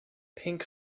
pink